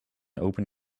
open